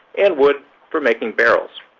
and wood for making barrels.